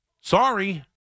Sorry